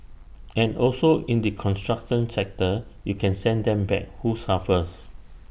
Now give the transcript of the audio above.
and also in the construction sector you can send them back who suffers